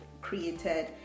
created